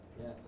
Yes